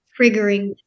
triggering